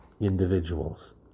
individuals